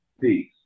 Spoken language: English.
Peace